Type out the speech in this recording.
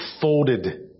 folded